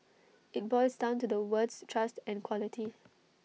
IT boils down to the words trust and quality